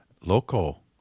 local